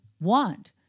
want